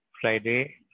Friday